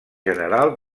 general